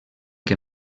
que